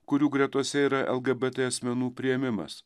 kurių gretose yra lgbt asmenų priėmimas